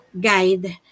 guide